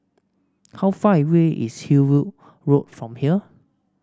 how far away is Hillview Road from here